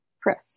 press